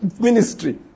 Ministry